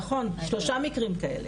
נכון יש שלושה כאלה.